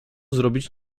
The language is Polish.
zrobić